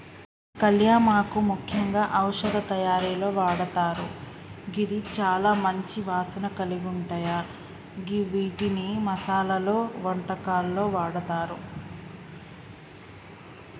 కళ్యామాకు ముఖ్యంగా ఔషధ తయారీలో వాడతారు గిది చాల మంచి వాసన కలిగుంటాయ గివ్విటిని మసాలలో, వంటకాల్లో వాడతారు